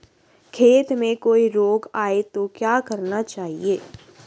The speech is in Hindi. खेत में कोई रोग आये तो क्या करना चाहिए?